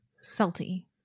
salty